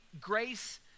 grace